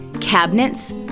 cabinets